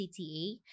CTA